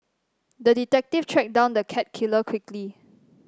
the detective tracked down the cat killer quickly